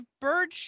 bird